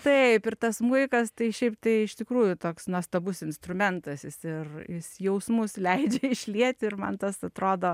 taip ir tas smuikas tai šiaip tai iš tikrųjų toks nuostabus instrumentas jis ir jis jausmus leidžia išliet ir man tas atrodo